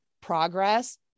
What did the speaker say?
progress